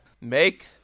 make